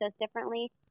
differently